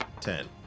Ten